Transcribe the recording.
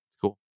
Cool